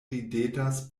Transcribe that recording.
ridetas